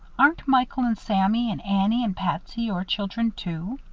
aren't michael and sammy and annie and patsy your children, too?